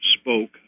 spoke